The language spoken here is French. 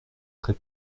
très